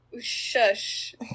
Shush